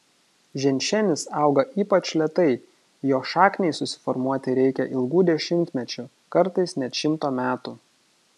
ženšenis auga ypač lėtai jo šakniai susiformuoti reikia ilgų dešimtmečių kartais net šimto metų